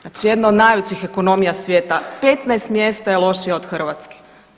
Znači jedna od najvećih ekonomija svijeta 15 mjesta je lošija od Hrvatske.